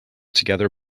together